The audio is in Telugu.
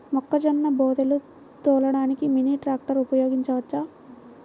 మొక్కజొన్న బోదెలు తోలడానికి మినీ ట్రాక్టర్ ఉపయోగించవచ్చా?